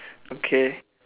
okay